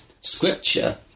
scripture